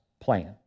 plan